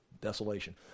desolation